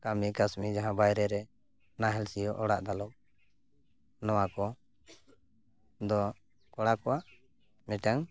ᱠᱟᱹᱢᱤ ᱠᱟᱹᱥᱱᱤ ᱡᱟᱦᱟᱸ ᱵᱟᱭᱨᱮᱨᱮ ᱱᱟᱦᱮᱞ ᱥᱤᱭᱚᱜ ᱚᱲᱟᱜ ᱫᱟᱞᱚᱵ ᱱᱚᱣᱟ ᱠᱚ ᱫᱚ ᱠᱚᱲᱟ ᱠᱚᱣᱟᱜ ᱢᱤᱫᱴᱟᱝ